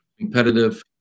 competitive